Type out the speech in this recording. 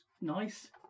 Nice